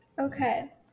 okay